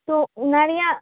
ᱛᱚ ᱚᱱᱟ ᱨᱮᱭᱟᱜ